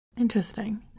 Interesting